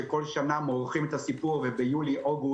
שבכל שנה מורחים את הסיפור וביולי-אוגוסט